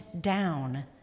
down